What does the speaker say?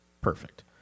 perfect